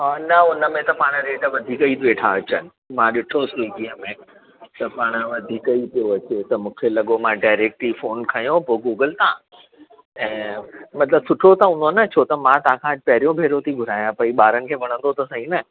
हा न उन में त पाण रेट वधीक ई वेठा अचनि मां ॾिठो स्विगीअ में त पाण वधीक ई पियो अचे त मूंखे लॻो मां डाइरेक्ट ई फोन खयों पोइ गूगल तां ऐं मतिलबु सुठो त हूंदो न छो त मां तव्हां खां अॼु पहरियों भेरो थी घुरायां पई ॿारनि खे वणंदो त सही न